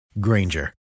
Granger